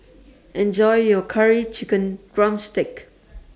Enjoy your Curry Chicken Drumstick